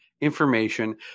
information